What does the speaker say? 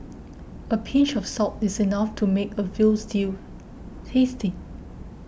a pinch of salt is enough to make a Veal Stew tasty